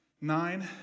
nine